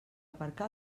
aparcar